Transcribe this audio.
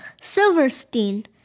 Silverstein